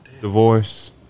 divorce